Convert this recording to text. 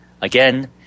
Again